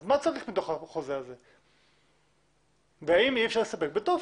מה צריך מתוכו והאם אי אפשר להסתפק בטופס?